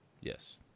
yes